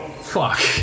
Fuck